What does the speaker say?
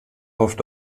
hofft